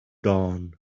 dawn